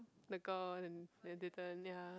my gone then they turn ya